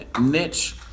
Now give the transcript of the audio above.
niche